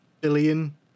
billion